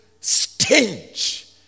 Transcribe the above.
stench